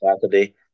Saturday